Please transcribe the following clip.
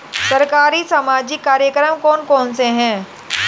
सरकारी सामाजिक कार्यक्रम कौन कौन से हैं?